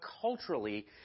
culturally